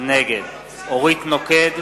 נגד אורית נוקד,